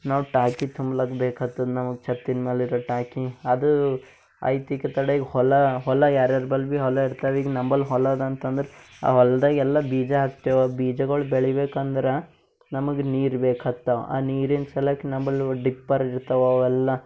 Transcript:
ನಾವು ಟಾಕಿ ತುಂಬ್ಲಾಕ ಬೇಕ್ಹತ್ತದ ನಮಗೆ ಛತ್ತಿನ ಮೇಲಿರೊ ಟಾಕಿ ಅದು ಐತಿಕ್ಕೆ ತಡ ಈಗ ಹೊಲ ಹೊಲಕ್ ಯಾರ್ಯಾರ ಬಲ್ ಭಿ ಹೊಲ ಇರ್ತವೆ ಈಗ ನಂಬಲ್ ಹೊಲ ಅದ ಅಂತಂದ್ರೆ ಆ ಹೊಲ್ದಾಗ್ ಎಲ್ಲ ಬೀಜ ಹಾಕ್ತೆವೆ ಬೀಜಗಳ್ ಬೆಳಿಬೇಕಂದ್ರೆ ನಮಗೆ ನೀರು ಬೇಕ್ಹತ್ತವ ಆ ನೀರಿನ ಸಲಾಕ ನಂಬಲೋ ಡಿಪ್ಪರ್ ಇರ್ತವೆ ಅವೆಲ್ಲ